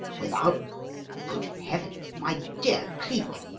without good heaven! my dear cleek,